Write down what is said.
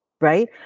right